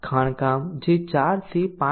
ખાણકામ જે 4 5